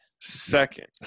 Second